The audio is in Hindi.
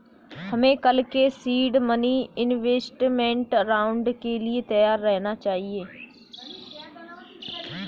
हमें कल के सीड मनी इन्वेस्टमेंट राउंड के लिए तैयार रहना चाहिए